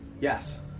Yes